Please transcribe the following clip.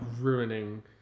ruining